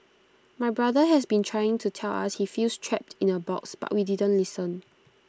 my brother has been trying to tell us he feels trapped in A box but we didn't listen